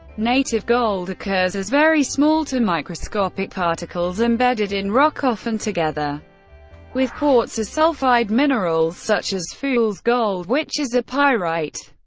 native gold occurs as very small to microscopic particles embedded in rock, often together with quartz or sulfide minerals such as fool's gold, which is a pyrite.